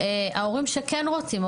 ההורים שכן רוצים,